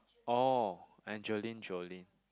oh Angeline Jolin